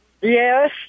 Yes